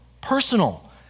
personal